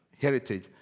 heritage